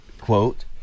quote